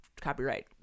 copyright